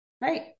Right